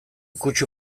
kutsu